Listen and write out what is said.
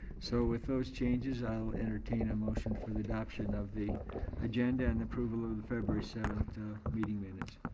so with those changes, i'll entertain a motion for the adoption of the agenda and approval of of the february seventh meeting minutes.